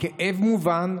הכאב מובן,